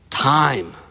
Time